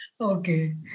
Okay